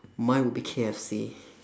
mine will be K_F_C